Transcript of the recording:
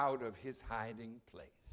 out of his hiding place